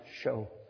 show